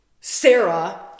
Sarah